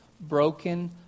Broken